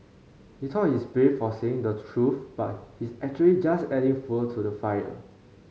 he thought he's brave for saying the truth but he's actually just adding fuel to the fire